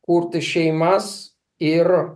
kurti šeimas ir